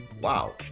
Wow